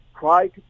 try